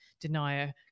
denier